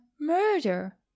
murder